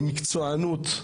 ועם מקצוענות,